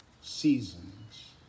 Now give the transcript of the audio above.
seasons